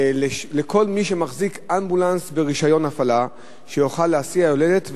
שכל מי שמחזיק אמבולנס ברשיון הפעלה יוכל להסיע יולדת,